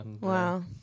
Wow